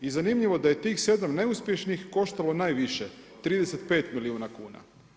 I zanimljivo da je tih 7 neuspješnih koštalo najviše, 35 milijuna kuna.